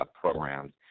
programs